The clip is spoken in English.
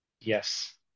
Yes